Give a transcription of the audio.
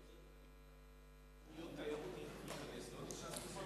ביקשתי שתשתיות תיירות ייכנסו.